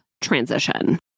transition